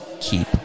keep